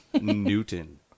Newton